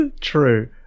true